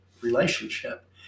relationship